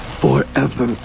forever